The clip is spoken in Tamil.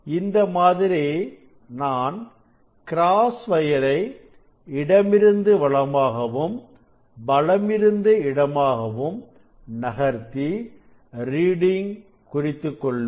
இந்த மாதிரி நான் கிராஸ் வயரை இடமிருந்து வலமாகவும் வலமிருந்து இடமாகவும் நகர்த்தி ரீடிங் குறித்துக் கொள்வேன்